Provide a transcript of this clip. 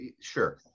Sure